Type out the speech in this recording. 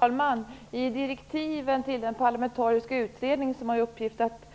Herr talman! Av direktiven till den parlamentariska utredning som har i uppgift att